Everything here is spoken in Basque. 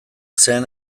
zen